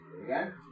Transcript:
Again